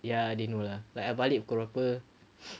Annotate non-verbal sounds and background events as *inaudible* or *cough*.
ya they know lah like I balik pukul berapa *noise*